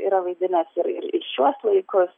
yra vaidinęs ir ir ir šiuos laikus